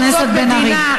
חברת הכנסת בן ארי,